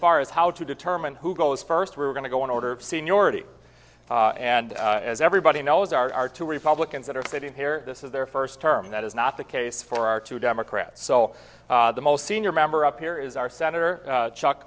far as how to determine who goes first we're going to go in order of seniority and as everybody knows are our two republicans that are sitting here this is their first term that is not the case for our two democrats so the most senior member up here is our senator chuck